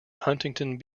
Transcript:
huntington